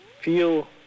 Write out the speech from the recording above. feel